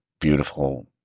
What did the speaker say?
beautiful